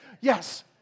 Yes